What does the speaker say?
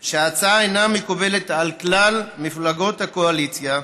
שההצעה אינה מקובלת על כלל מפלגות הקואליציה,